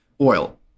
oil